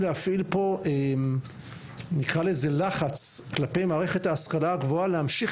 להפעיל פה לחץ כלפי מערכת ההשכלה הגבוהה להמשיך